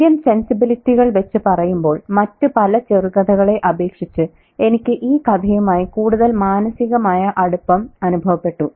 Indian സെൻസിബിലിറ്റികൾ വെച്ച് പറയുമ്പോൾ മറ്റു പല ചെറുകഥകളെ അപേക്ഷിച്ച് എനിക്ക് ഈ കഥയുമായി കൂടുതൽ മാനസികമായ അടുപ്പം അനുഭവപ്പെട്ടു